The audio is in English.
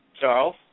Charles